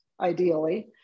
ideally